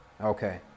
Okay